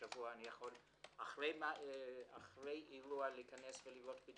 בשבוע אני יכול אחרי אירוע להיכנס ולראות את